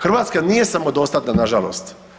Hrvatska nije samodostatna nažalost.